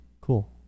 Cool